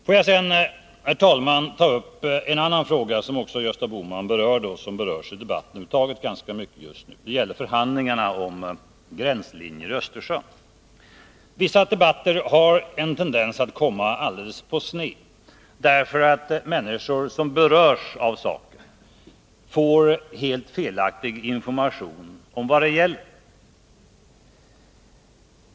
Får jag sedan, herr talman, ta upp en annan fråga som också Gösta Bohman berörde och som diskuteras ganska mycket just nu, nämligen förhandlingarna om gränslinjen i Östersjön. Vissa debatter har en tendens att gå alldeles på sned, därför att människor som berörs av saken får helt felaktig information om vad det gäller.